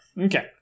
Okay